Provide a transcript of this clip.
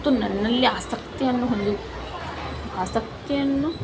ಮತ್ತು ನನ್ನಲ್ಲಿ ಆಸಕ್ತಿಯನ್ನು ಹೊಂದಿ ಆಸಕ್ತಿಯನ್ನು